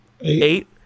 Eight